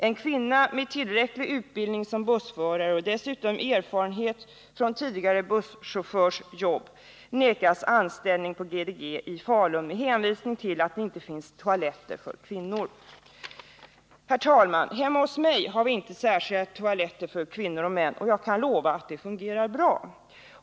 En kvinna med tillräcklig utbildning och dessutom erfarenhet från tidigare bussjobb vägras anställning på GDG i Falun med hänvisning till att det inte finns toaletter för kvinnor. Herr talman! Hemma hos mig har vi inte särskilda toaletter för kvinnor och män, och jag kan lova att det fungerar bra.